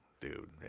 dude